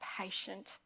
patient